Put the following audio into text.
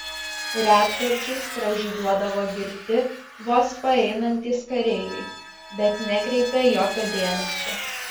retkarčiais pražygiuodavo girti vos paeinantys kareiviai bet nekreipią jokio dėmesio